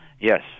Yes